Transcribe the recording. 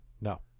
No